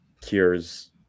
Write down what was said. cures